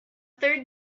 third